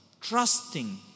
trusting